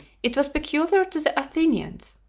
it was peculiar to the athenians,